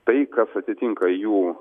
tai kas atitinka jų